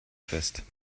fest